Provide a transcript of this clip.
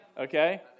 okay